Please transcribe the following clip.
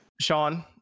sean